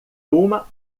uma